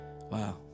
Wow